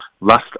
last